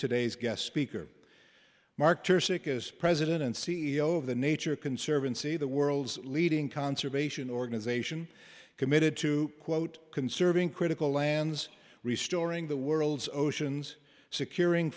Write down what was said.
today's guest speaker marked or sick as president and c e o of the nature conservancy the world's leading conservation organization committed to quote conserving critical lands restoring the world's oceans securing